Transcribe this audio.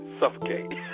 suffocate